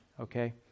Okay